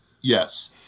Yes